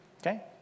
Okay